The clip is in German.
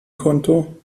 konto